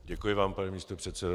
Děkuji vám, pane místopředsedo.